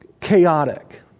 chaotic